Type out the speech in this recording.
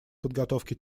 подготовке